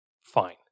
fine